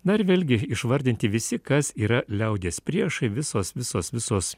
na ir vėlgi išvardinti visi kas yra liaudies priešai visos visos visos